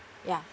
ya